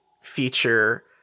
feature